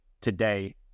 today